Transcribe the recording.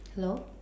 hello